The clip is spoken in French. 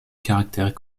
caractère